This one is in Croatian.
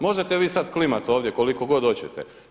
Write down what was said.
Možete vi sada klimati ovdje koliko god hoćete.